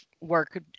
work